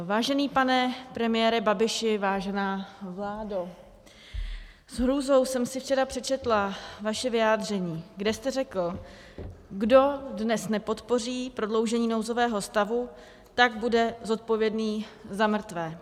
Vážený pane premiére Babiši, vážená vládo, s hrůzou jsem si včera přečetla vaše vyjádření, kde jste řekl: Kdo dnes nepodpoří prodloužení nouzového stavu, tak bude zodpovědný za mrtvé.